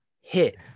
hit